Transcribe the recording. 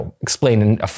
explain